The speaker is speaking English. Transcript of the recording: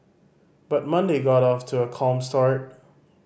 but Monday got off to a calm start